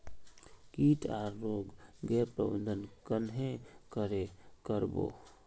किट आर रोग गैर प्रबंधन कन्हे करे कर बो?